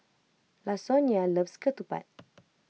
Lasonya loves Ketupat